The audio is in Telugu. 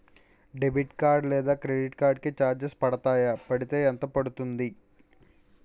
డెబిట్ కార్డ్ లేదా క్రెడిట్ కార్డ్ కి చార్జెస్ పడతాయా? పడితే ఎంత పడుతుంది?